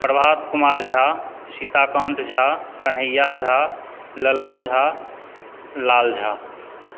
Prabhat Kumar Jha Sitakant Jha Kanhaiya Jha Lalan Jha Lal Jha